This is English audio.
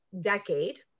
decade